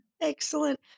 Excellent